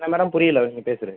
என்ன மேடம் புரியலை நீங்கள் பேசுவது